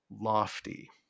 lofty